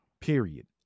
Period